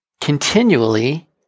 continually